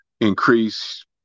increase